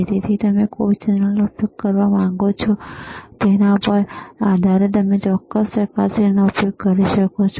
તેથી તમે કઈ ચેનલનો ઉપયોગ કરવા માંગો છો તેના આધારે તમે ચોક્કસ ચકાસણીનો ઉપયોગ કરી શકો છો